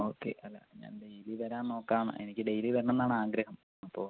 okay അല്ല ഞാൻ daily വരാം നോക്കാം എനിക്ക് ഡെയ്ലി വരണം എന്നാണ് ആഗ്രഹം അപ്പോൾ